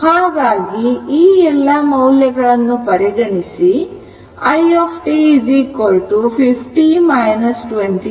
ಹಾಗಾಗಿ ಈ ಎಲ್ಲಾ ಮೌಲ್ಯಗಳನ್ನು ಪರಿಗಣಿಸಿ i t 50 25 e 0